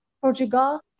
Portugal